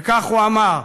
וכך הוא אמר: